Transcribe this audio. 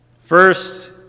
First